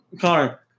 Connor